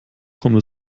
kommt